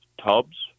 tubs